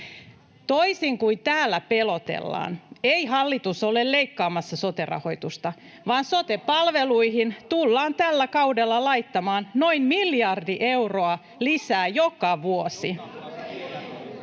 Toisin kuin täällä pelotellaan, hallitus ei ole leikkaamassa sote-rahoitusta, vaan sote-palveluihin tullaan tällä kaudella laittamaan noin miljardi euroa lisää joka vuosi.